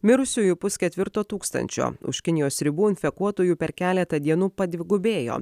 mirusiųjų pusketvirto tūkstančio už kinijos ribų infekuotųjų per keletą dienų padvigubėjo